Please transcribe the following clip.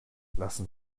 lassen